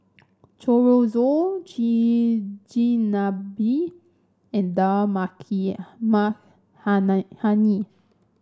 Chorizo Chigenabe and Dal Maki Makhanahani